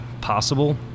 possible